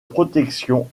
protection